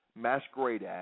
masquerade